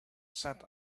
sat